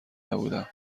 نبودم